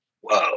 whoa